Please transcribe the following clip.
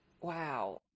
wow